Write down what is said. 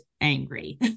angry